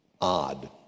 odd